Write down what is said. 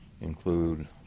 include